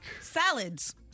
Salads